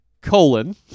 colon